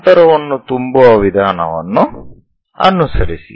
ಅಂತರವನ್ನು ತುಂಬುವ ವಿಧಾನವನ್ನು ಅನುಸರಿಸಿ